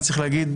אני צריך להגיד,